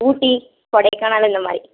ஊட்டி கொடைக்கானல் இந்த மாதிரி